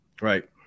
Right